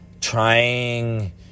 trying